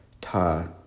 ta